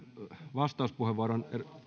vastauspuheenvuoron